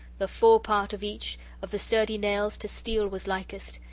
the forepart of each of the sturdy nails to steel was likest,